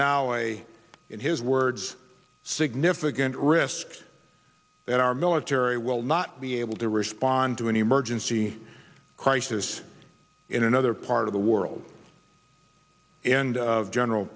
now way in his words significant risk that our military will not be able to respond to an emergency crisis in another part of the world and general